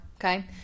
okay